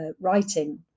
writing